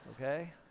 okay